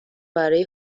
برا